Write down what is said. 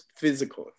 physical